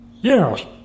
Yes